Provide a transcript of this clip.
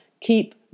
keep